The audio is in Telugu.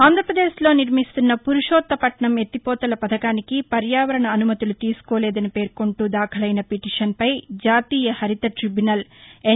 ఆంధ్రాపదేశ్లో నిర్మిస్తున్న పురుషోత్తపట్నం ఎత్తిపోతల పధకానికి పర్యావరణ అనుమతులు తీసుకోలేదని పేర్కొంటూ దాఖలైన పిటిషన్పై జాతీయ హరిత ట్రిబ్యునల్ ఎన్